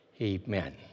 amen